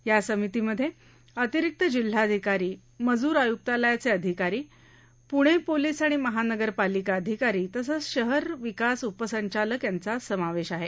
या समितीमधे अतिरिक्त जिल्हाधिकारी मजूर आयुक्तालयाचे अधिकारी प्णे पोलीस आणि महानगरपालिका अधिकारी तसंच शहर विकास उप संचालक यांचा समावेश आहे